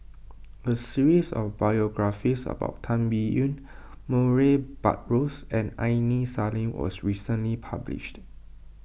a series of biographies about Tan Biyun Murray Buttrose and Aini Salim was recently published